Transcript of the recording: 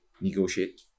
negotiate